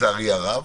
לצערי הרב.